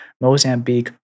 mozambique